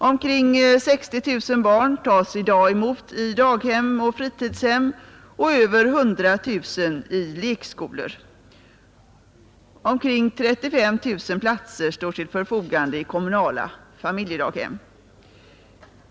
Omkring 50 000 barn tas i dag emot i daghem och fritidshem och över 100 000 i lekskolor. Cirka 35 000 platser står till förfogande i kommunala familjedaghem.